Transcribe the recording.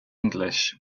english